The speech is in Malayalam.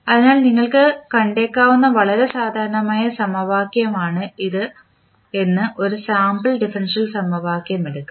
അതിനാൽ നിങ്ങൾ കണ്ടേക്കാവുന്ന വളരെ സാധാരണമായ സമവാക്യമാണിതെന്ന് ഒരു സാമ്പിൾ ഡിഫറൻഷ്യൽ സമവാക്യം എടുക്കാം